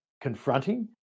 confronting